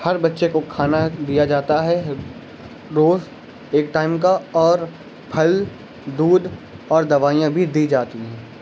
ہر بچے کو کھانا دیا جاتا ہے روز ایک ٹائم کا اور پھل دودھ اور دوائیاں بھی دی جاتی ہیں